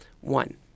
One